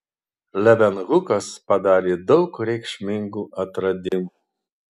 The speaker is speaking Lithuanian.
levenhukas padarė daug reikšmingų atradimų